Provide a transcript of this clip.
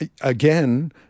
Again